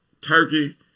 turkey